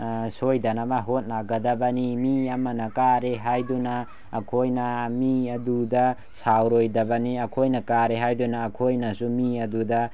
ꯁꯣꯏꯗꯅꯕ ꯍꯣꯠꯅꯒꯗꯕꯅꯤ ꯃꯤ ꯑꯃꯅ ꯀꯥꯔꯦ ꯍꯥꯏꯗꯨꯅ ꯑꯩꯈꯣꯏꯅ ꯃꯤ ꯑꯗꯨꯗ ꯁꯥꯎꯔꯣꯏꯗꯕꯅꯤ ꯑꯩꯈꯣꯏꯅ ꯀꯥꯔꯦ ꯍꯥꯏꯗꯨꯅ ꯑꯩꯈꯣꯏꯅꯁꯨ ꯃꯤ ꯑꯗꯨꯗ